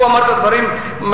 הוא אמר את הדברים ברור,